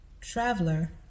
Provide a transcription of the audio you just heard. traveler